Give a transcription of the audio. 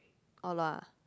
orh lah